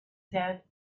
said